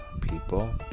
people